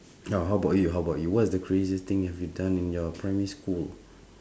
oh how about you how about you what's the craziest thing have you done in your primary school